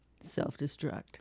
Self-destruct